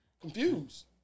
confused